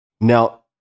Now